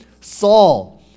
Saul